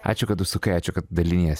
ačiū kad užsukai ačiū kad daliniesi